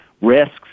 risks